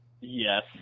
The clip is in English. Yes